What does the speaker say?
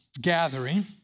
gathering